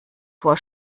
vor